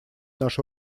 нашу